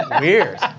Weird